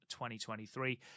2023